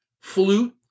flute